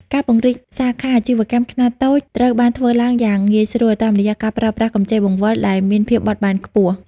ការពង្រីកសាខាអាជីវកម្មខ្នាតតូចត្រូវបានធ្វើឡើងយ៉ាងងាយស្រួល តាមរយៈការប្រើប្រាស់កម្ចីបង្វិលដែលមានភាពបត់បែនខ្ពស់។